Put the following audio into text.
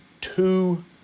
two